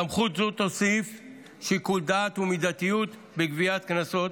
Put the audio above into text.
סמכות זו תוסיף שיקול דעת ומידתיות בגביית קנסות,